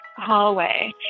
hallway